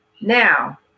Now